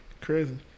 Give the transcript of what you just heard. Crazy